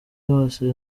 hose